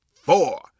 four